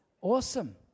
Awesome